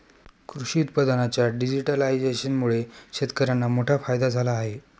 कृषी उत्पादनांच्या डिजिटलायझेशनमुळे शेतकर्यांना मोठा फायदा झाला आहे